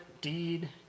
deed